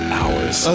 hours